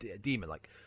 demon-like